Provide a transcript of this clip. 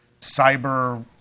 cyber